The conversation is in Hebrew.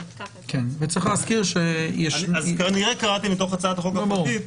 אז כנראה קראתי מתוך הצעת החוק הפרטית.